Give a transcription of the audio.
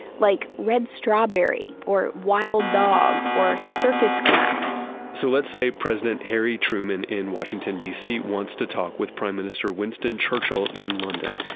like red strawberry or wild dog or circus clown so let's say president harry truman in washington, dc wants to talk with prime minister winston churchill in london.